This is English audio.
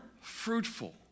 fruitful